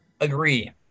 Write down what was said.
agree